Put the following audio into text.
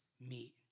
meet